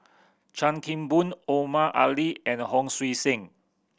Chan Kim Boon Omar Ali and Hon Sui Sen